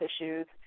issues